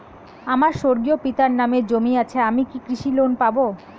আমার স্বর্গীয় পিতার নামে জমি আছে আমি কি কৃষি লোন পাব?